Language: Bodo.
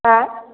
हो